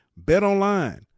BetOnline